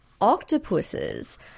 octopuses